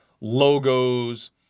logos